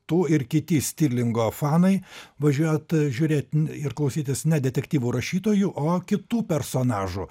tu ir kiti stirlingo fanai važiuojat žiūrėt ir klausytis ne detektyvų rašytojų o kitų personažų